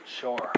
sure